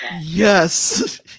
yes